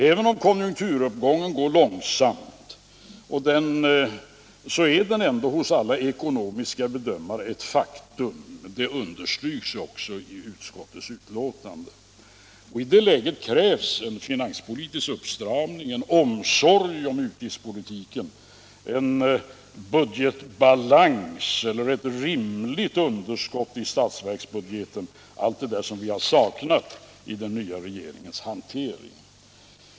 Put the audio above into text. Även om konjunkturuppgången går långsamt är den ändå ett faktum hos alla ekonomiska bedömare. Det understryks också i utskottets betänkande. I det läget krävs en finanspolitisk uppstramning, en omsorg om utgiftspolitiken, en budgetbalans eller ett rimligt underskott i statsverksbudgeten, allt det som vi har saknat i den nya regeringens handläggning.